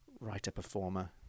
writer-performer